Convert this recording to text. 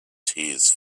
tears